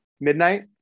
midnight